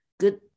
Good